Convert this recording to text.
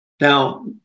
Now